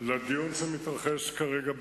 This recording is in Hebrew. לדיון שמתרחש כרגע במליאה.